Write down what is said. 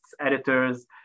editors